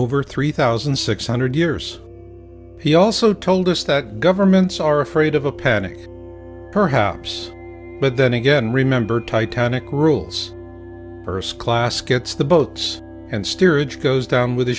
over three thousand six hundred years he also told us that governments are afraid of a panic perhaps but then again remember titanic rules class gets the boats and steerage goes down with the